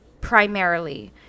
primarily